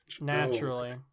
Naturally